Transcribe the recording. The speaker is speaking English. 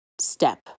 step